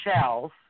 shells